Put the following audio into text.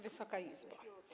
Wysoka Izbo!